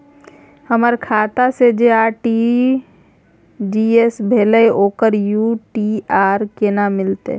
हमर खाता से जे आर.टी.जी एस भेलै ओकर यू.टी.आर केना मिलतै?